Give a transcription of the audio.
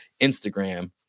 Instagram